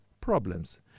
problems